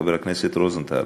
חבר הכנסת רוזנטל.